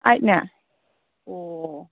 ꯑꯩꯠꯅꯦ ꯑꯣ